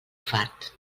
fart